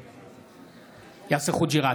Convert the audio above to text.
נגד יאסר חוג'יראת,